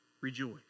rejoice